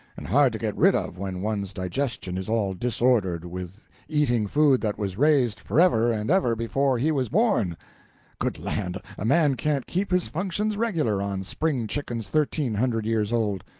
and hard to get rid of when one's digestion is all disordered with eating food that was raised forever and ever before he was born good land! a man can't keep his functions regular on spring chickens thirteen hundred years old.